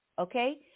okay